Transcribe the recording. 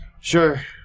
Sure